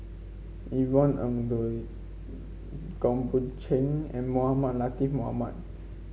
Yvonne Ng Uhde Goh Boon Teck and Mohamed Latiff Mohamed